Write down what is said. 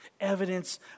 Evidence